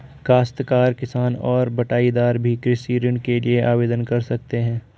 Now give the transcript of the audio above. काश्तकार किसान और बटाईदार भी कृषि ऋण के लिए आवेदन कर सकते हैं